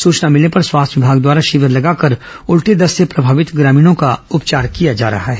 सूचना मिलने पर स्वास्थ्य विभाग द्वारा शिविर लगाकर उल्टी दस्त से प्रभावित ग्रामीणों का उपचार किया जा रहा है